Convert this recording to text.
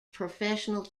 professional